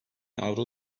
avro